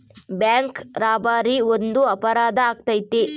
bank robbery ಒಂದು ಅಪರಾಧ ಆಗೈತೆ